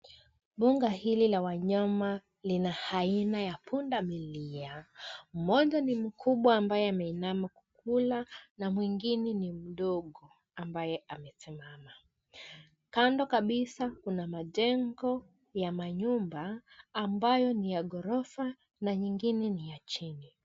Mbuga hili la wanyama lina aina ya pundamilia. Mmoja ni mkubwa ambaye ameinama kukula na mwingine ni mdogo ambaye amesimama. Kando kabisa kuna majengo ya manyumba ambayo ni ya ghorofa na nyingine ni ya chini.